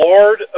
Lord